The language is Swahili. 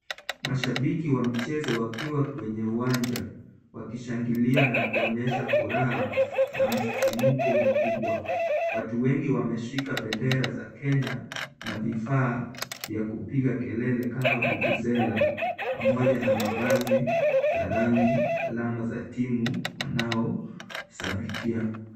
Mashabiki wa mchezo wakiwa kwenye uwanja wakishangilia na kuonyesha furaha na msisimuko mkubwa. Watu wengi wameshika bendera za Kenya na vifaa vya kupiga kelele kama vuvuzela pamoja na mavazi za rangi alama za timu wanaoshabikia.